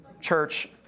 Church